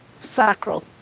sacral